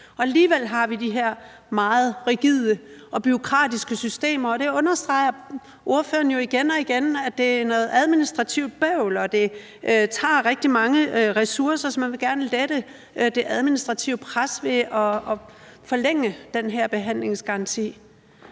Alligevel har vi de her meget rigide og bureaukratiske systemer, og der understreger ordføreren jo igen og igen, at det er noget administrativt bøvl, og at det tager rigtig mange ressourcer, så man gerne vil lette det administrative pres ved at forlænge den her behandlingsgaranti.